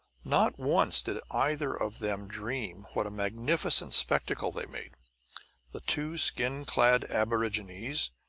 not once did either of them dream what a magnificent spectacle they made the two skin-clad aborigines,